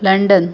London